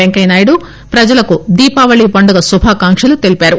పెంకయ్య నాయుడు ప్రజలకు దీపావళిపండుగ శుభాకాంక్షలు తెలియజేశారు